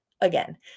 Again